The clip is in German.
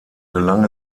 gelang